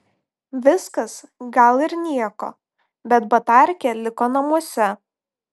viskas gal ir nieko bet batarkė liko namuose